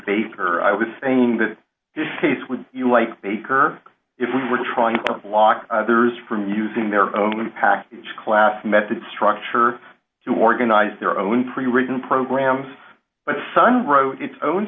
paper i was saying the case would you like baker if we were trying to lock there is from using their own package class method structure to organize their own pre written programs but sun broke its own